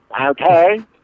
Okay